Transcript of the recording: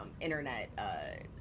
internet